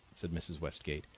said mrs. westgate,